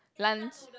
lunch